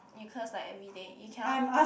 you curse like everyday you cannot